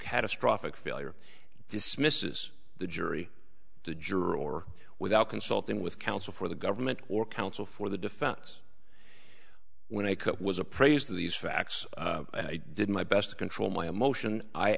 catastrophic failure dismisses the jury the jury or without consulting with counsel for the government or counsel for the defense when i was appraised of these facts i did my best to control my emotion i